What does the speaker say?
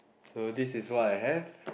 so this is what I have